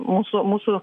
mūsų mūsų